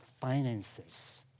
finances